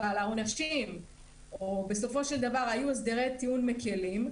אבל בסופו של דבר היו הסדרי טיעון מקלים,